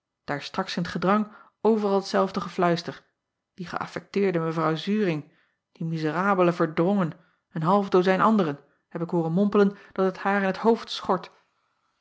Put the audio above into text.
aar straks in het gedrang overal t zelfde gefluister ie geäffekteerde w uring dien mizerabelen erdrongen een half dozijn anderen heb ik hooren mompelen dat het haar in t hoofd schort